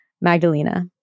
Magdalena